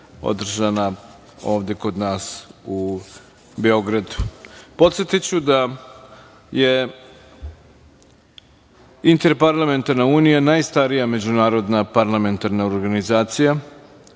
održana ovde kod nas u Beogradu. Podsetiću da je Interparlamentarna unija najstarija međunarodna parlamentarna organizacija,